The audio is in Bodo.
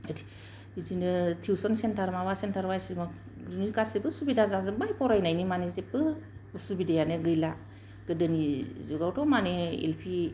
बिदिनो टिउशन सेन्टार माबा सेन्टार बायदिसिना बिदिनो गासिबो सुबिदा जाजोबबाय फरायनायनि मानायनि जेबबो उसुबिदायानो गैला गोदोनि जुगावथ' मानि एलपि